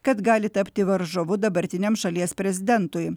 kad gali tapti varžovu dabartiniam šalies prezidentui